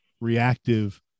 reactive